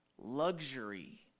luxury